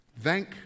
thank